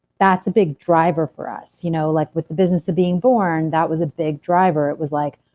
that's a big driver for us. you know like with the business of being born, that was a big driver. it was like,